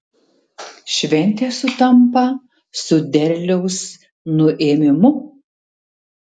šventė sutampa su derliaus nuėmimu